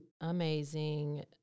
amazing